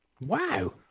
Wow